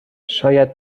شاید